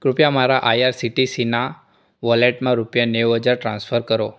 કૃપયા મારા આઈઆરસીટીસીનાં વોલેટમાં રૂપિયા નેવું હજાર ટ્રાન્સફર કરો